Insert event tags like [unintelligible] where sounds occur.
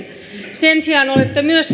sen sijaan kun olette myös [unintelligible]